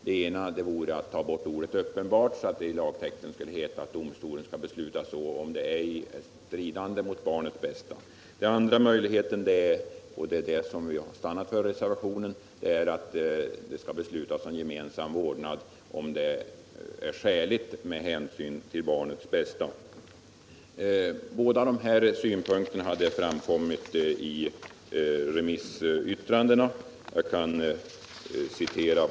Det ena vore att ta bort ordet uppenbart, så att det i lagtexten skulle heta att domstolen skall besluta om gemensam vårdnad om det ej är stridande mot barnets bästa. Den andra möjligheten — och det är den vi har stannat för i reservationen — är att det skall beslutas om gemensam vårdnad om det är skäligt med hänsyn till barnets bästa. Båda de här synpunkterna hade framkommit i remissyttrandena.